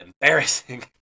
Embarrassing